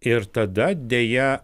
ir tada deja